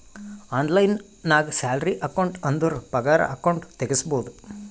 online ನಾಗ್ salary account ಅಂದುರ್ ಪಗಾರ ಅಕೌಂಟ್ ತೆಗುಸ್ಬೋದು